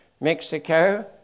Mexico